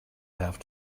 have